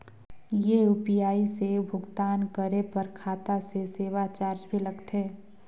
ये यू.पी.आई से भुगतान करे पर खाता से सेवा चार्ज भी लगथे?